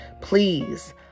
please